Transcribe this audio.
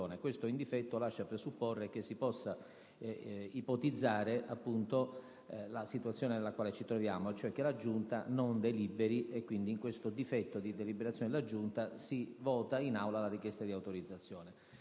Questo «in difetto» lascia presupporre che si possa ipotizzare la situazione nella quale ci troviamo, cioè che la Giunta non deliberi e che quindi in questo difetto di deliberazione della Giunta si voti in Aula la richiesta di autorizzazione.